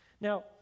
Now